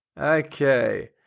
Okay